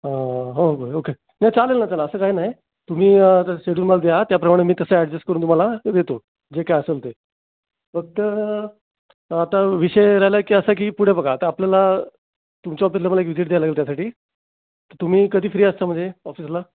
हा हो ओके नाही चालेल ना चाल असं काही नाही तुम्ही सेडुल मग द्या त्याप्रमाणे मी तसं ॲड्जस्ट करून तुम्हाला देतो जे काही असंल ते फक्त आता विषय राहिला आहे की असा की पुढे बघा आता आपल्याला तुमच्या विजिट द्यायला लागेल त्यासाठी तर तुम्ही कधी फ्री असता म्हणजे ऑफिसला